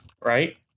right